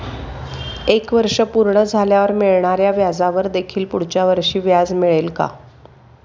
एक वर्ष पूर्ण झाल्यावर मिळणाऱ्या व्याजावर देखील पुढच्या वर्षी व्याज मिळेल का?